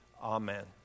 Amen